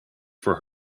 for